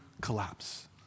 collapse